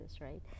right